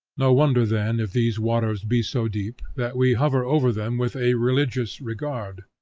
no wonder then, if these waters be so deep, that we hover over them with a religious regard.